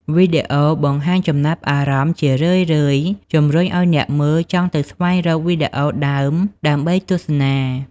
វីដេអូបង្ហាញចំណាប់អារម្មណ៍ជារឿយៗជម្រុញឱ្យអ្នកមើលចង់ទៅស្វែងរកវីដេអូដើម ដើម្បីទស្សនា។